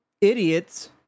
Idiot's